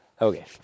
Okay